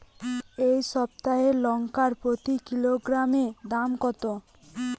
এই সপ্তাহের লঙ্কার প্রতি কিলোগ্রামে দাম কত?